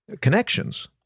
connections